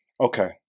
Okay